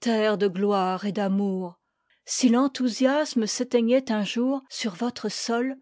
terre de gloire et d'amour si l'enthousiasme s'éteignait un jour sur votre sol